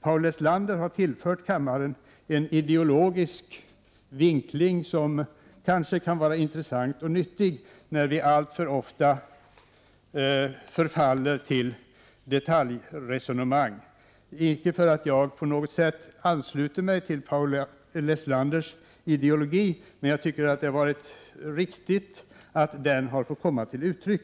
Paul Lestander har tillfört kammaren en ideologisk vinkling som kanske kan vara intressant och nyttig när vi alltför ofta förfaller till detaljresonemang —-inte att jag på något sätt ansluter mig till Paul Lestanders ideologi, men jag tycker att det är riktigt att den har fått komma till uttryck